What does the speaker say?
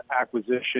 acquisition